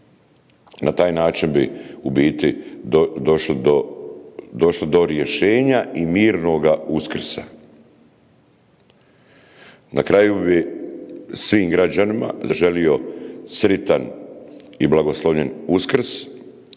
Na taj način bi u biti došli do rješenja i mirnoga Uskrsa. Na kraju bi svim građanima zaželio sritan i blagoslovljen Uskrs,